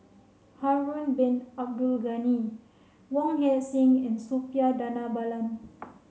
Harun Bin Abdul Ghani Wong Heck Sing and Suppiah Dhanabalan